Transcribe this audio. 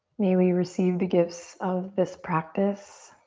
may we receive the gifts of this practice